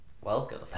Welcome